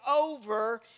over